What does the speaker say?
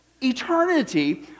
eternity